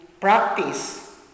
practice